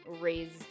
raised